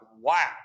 wow